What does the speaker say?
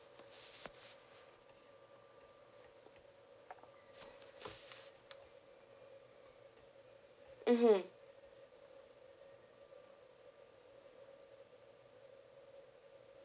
mmhmm